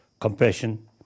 compassion